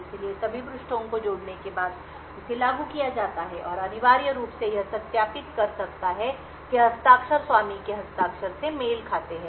इसलिए सभी पृष्ठों को जोड़ने के बाद इसे लागू किया जाता है और अनिवार्य रूप से यह सत्यापित कर सकता है कि हस्ताक्षर स्वामी के हस्ताक्षर से मेल खाते हैं